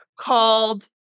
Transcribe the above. called